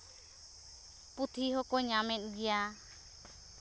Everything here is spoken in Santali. ᱯᱩᱛᱷᱤ ᱦᱚᱸ ᱠᱚ ᱧᱟᱢ ᱮᱫ ᱜᱮᱭᱟ